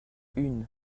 une